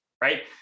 right